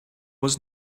was